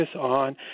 on